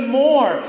more